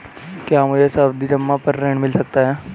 क्या मुझे सावधि जमा पर ऋण मिल सकता है?